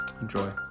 Enjoy